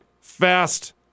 fast